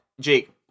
Jake